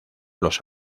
los